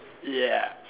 ya